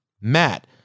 Matt